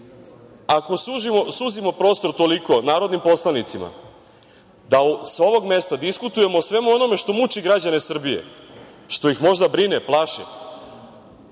ako suzimo prostor toliko narodnim poslanicima da sa ovog mesta diskutujemo o svemu onome što muči građane Srbije, što ih možda brine, plaši,